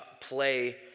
play